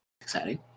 Exciting